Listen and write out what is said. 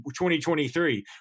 2023